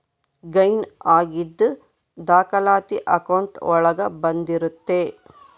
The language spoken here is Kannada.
ಗೈನ್ ಆಗಿದ್ ದಾಖಲಾತಿ ಅಕೌಂಟ್ ಒಳಗ ಬಂದಿರುತ್ತೆ